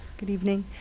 good evening.